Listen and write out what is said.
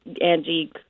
angie